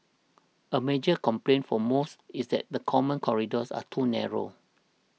a major complaint for most is that the common corridors are too narrow